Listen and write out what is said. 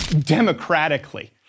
democratically